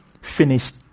finished